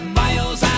miles